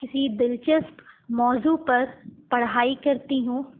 کسی دلچسپ موضوع پر پڑھائی کرتی ہوں